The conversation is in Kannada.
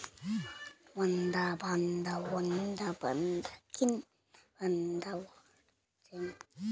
ಕೆಲವು ಕಾರ್ಪೊರೇಟರ್ ಫೈನಾನ್ಸಿಯಲ್ ಸಂಸ್ಥೆಗಳು ಉಚಿತವಾಗಿ ಗ್ರಾಹಕರಿಗೆ ಫೈನಾನ್ಸಿಯಲ್ ಕೌನ್ಸಿಲಿಂಗ್ ಕೊಡ್ತಾರೆ